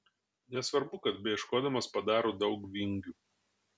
nesvarbu kad beieškodamas padaro daug vingių